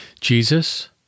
Jesus